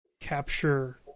capture